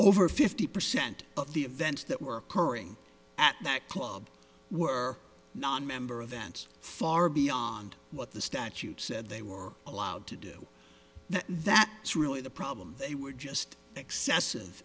over fifty percent of the events that were occurring at that club were non member events far beyond what the statute said they were allowed to do that is really the problem they were just excessive